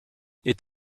est